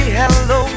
hello